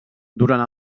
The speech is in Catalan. durant